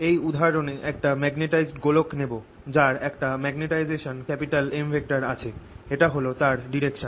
এই উদাহরনে একটা মাগনেটাইসড গোলক নেব যার একটা ম্যাগনেটাইজেশান M আছে এটা হল তার ডিরেকশান